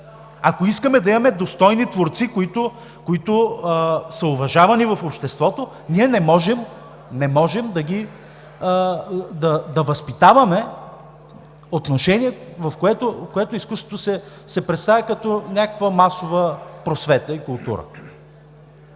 Ако искаме да имаме достойни творци, които са уважавани в обществото, ние не можем да възпитаваме отношение, в което изкуството се представя като някаква масова просвета и култура.